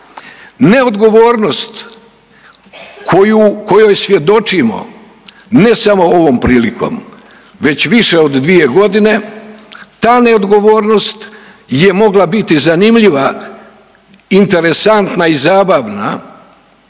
Neodgovornost kojoj svjedočimo, ne samo ovom prilikom već više od dvije godine, ta neodgovornost je mogla biti zanimljiva, interesantna i zabavna